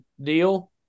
deal